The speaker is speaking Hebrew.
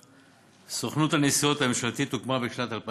סוכנות הנסיעות הממשלתית הוקמה בשנת 2007